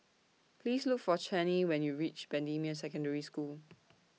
Please Look For Chaney when YOU REACH Bendemeer Secondary School